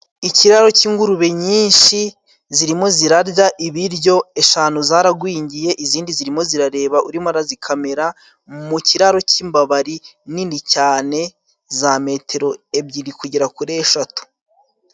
Ikiraro cy'ingurube nyinshi zirimo zirarya ibiryo , eshanu zaragwingiye izindi zirimo zirareba urimo arazikamera mu kiraro cy'imbabari nini cyane za metero ebyiri kugera kuri eshatu.